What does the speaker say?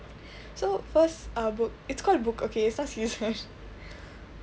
so first err book it's called book okay it's not season